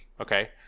Okay